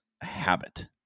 habit